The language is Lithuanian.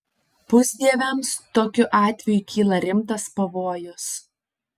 pusdieviams tokiu atveju kyla rimtas pavojus